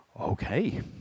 Okay